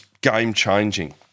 game-changing